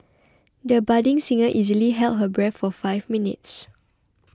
the budding singer easily held her breath for five minutes